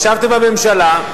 ישבתם בממשלה,